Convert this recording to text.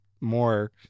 more